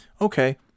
Okay